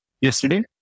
yesterday